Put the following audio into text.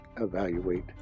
evaluate